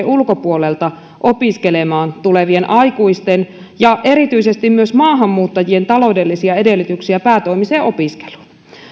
ulkopuolelta opiskelemaan tulevien aikuisten ja myös erityisesti maahanmuuttajien taloudellisia edellytyksiä päätoimiseen opiskeluun